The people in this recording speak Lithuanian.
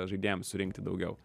žaidėjams surinkti daugiau